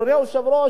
אדוני היושב-ראש,